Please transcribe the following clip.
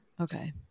Okay